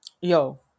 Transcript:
yo